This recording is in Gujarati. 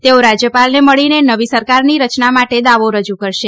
તેઓ રાજ્યપાલને મળીને નવી સરકારની રચના માટે દાવો રજૂ કરશે